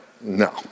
no